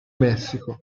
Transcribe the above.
messico